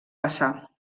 passar